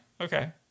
okay